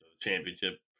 Championship